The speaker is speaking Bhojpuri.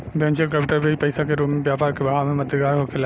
वेंचर कैपिटल बीज पईसा के रूप में व्यापार के बढ़ावे में मददगार होखेला